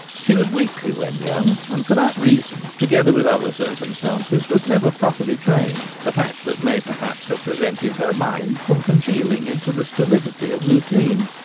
she was weakly when young, and for that reason, together with other circumstances, was never properly trained a fact that may perhaps have prevented her mind from congealing into the stolidity of routine.